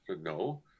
no